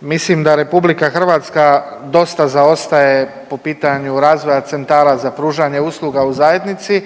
mislim da RH dosta zaostaje po pitanju razvoja centara za pružanje usluga u zajednici,